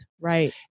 Right